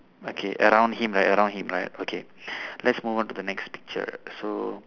okay around him right around him right okay let's move on to the next picture so